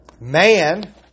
Man